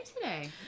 today